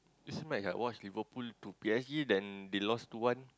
this match I watch Liverpool to P_S_G then they lost two one